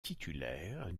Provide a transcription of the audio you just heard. titulaire